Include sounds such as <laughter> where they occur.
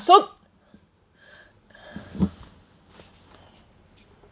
so <breath>